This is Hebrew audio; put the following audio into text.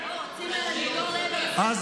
פליטים בערבית זה